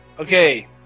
Okay